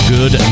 Good